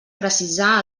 precisar